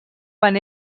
van